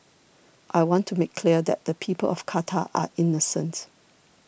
I want to make clear that the people of Qatar are innocent